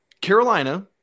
Carolina